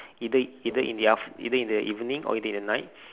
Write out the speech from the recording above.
either either in the aft~ either in the evening or either in the night